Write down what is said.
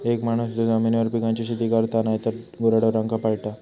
एक माणूस जो जमिनीवर पिकांची शेती करता नायतर गुराढोरांका पाळता